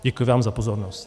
Děkuji vám za pozornost.